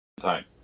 time